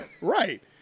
Right